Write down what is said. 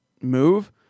move